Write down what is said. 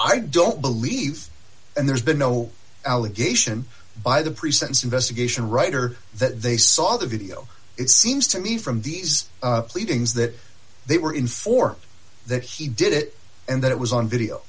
i don't believe and there's been no allegation by the pre sentence investigation writer that they saw the video it seems to me from these pleadings that they were informed that he did it and that it was on video